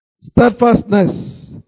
Steadfastness